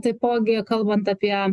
taipogi kalbant apie